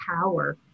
power